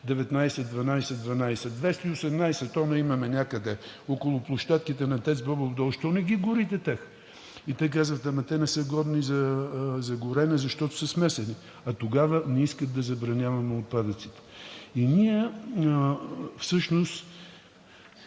19 12 12, 218 тона имаме някъде около площадките на ТЕЦ „Бобов дол“, защо не ги горите тях? И те казват, че те не са годни за горене, защото са смесени, а тогава не искат да забраняваме отпадъците. Независимо